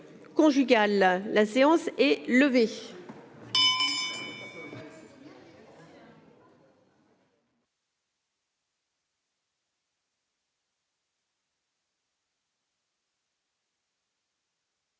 La séance est levée.